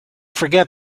forget